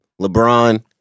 LeBron